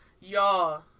Y'all